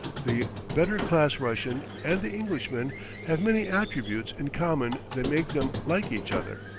the better-class russian and the englishman have many attributes in common that make them like each other.